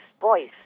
voice